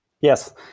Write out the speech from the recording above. Yes